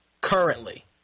currently